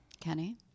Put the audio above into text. Kenny